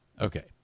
Okay